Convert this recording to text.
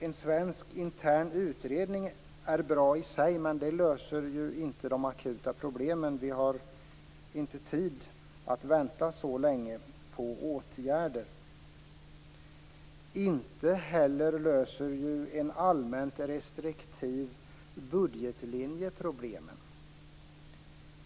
En svensk intern utredning är bra i sig, men den löser inte de akuta problemen. Vi har inte tid att vänta så länge på åtgärder. Inte heller löser ju en allmänt restriktiv budgetlinje problemen.